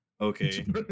okay